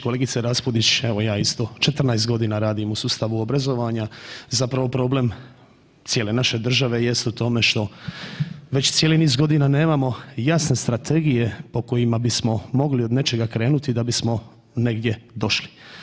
Kolegice RAspudić evo ja isto 14 godina radim u sustavu obrazovanja, zapravo problem cijele naše države jest u tome što već cijeli niz godina nemamo jasne strategije po kojima bismo mogli od nečega krenuti da bismo negdje došli.